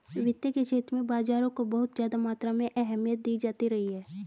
वित्त के क्षेत्र में बाजारों को बहुत ज्यादा मात्रा में अहमियत दी जाती रही है